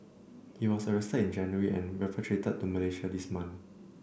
he was arrested in January and repatriated to Malaysia this month